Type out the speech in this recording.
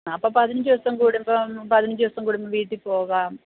അപ്പോള് പതിനഞ്ചു ദിവസം കൂടുമ്പോള് പതിനഞ്ചു ദിവസം കൂടുമ്പോള് വീട്ടില് പോകാം